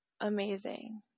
amazing